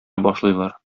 башлыйлар